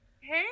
hey